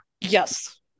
yes